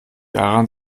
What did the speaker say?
daran